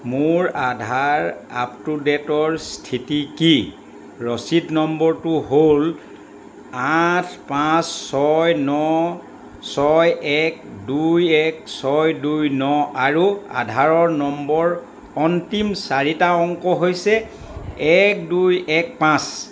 মোৰ আধাৰ আপটোডে'টৰ স্থিতি কি ৰচিদ নম্বৰটো হ'ল আঠ পাঁচ ছয় ন ছয় এক দুই এক ছয় দুই ন আৰু আধাৰ নম্বৰৰ অন্তিম চাৰিটা অংক হৈছে এক দুই এক পাঁচ